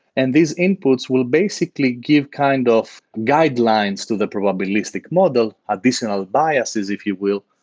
and these inputs will basically give kind of guidelines to the probabilistic model, additional biases if you will,